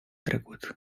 trecut